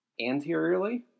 anteriorly